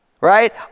right